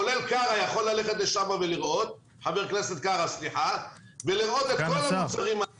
כולל חבר הכנסת קארה שיכול ללכת לשם ולראות שם את כל המוצרים.